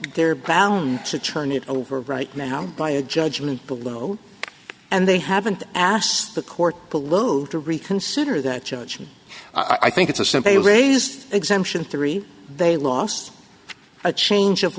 they're bound to turn it over right now by a judgment below and they haven't asked the court below to reconsider that judgment i think it's a simple you raised exemption three they lost a change of